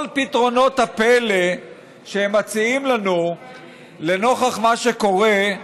כל פתרונות הפלא שהם מציעים לנו לנוכח מה שקורה,